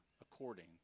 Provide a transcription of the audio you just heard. according